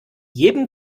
jedem